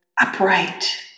upright